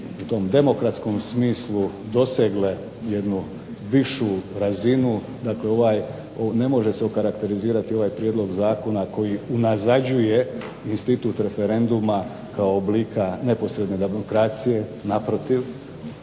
u tom demokratskom smislu dosegle jednu višu razinu, dakle ne može se okarakterizirati ovaj prijedlog zakona koji unazađuje institut referenduma kao oblika neposredne demokracije. Naprotiv,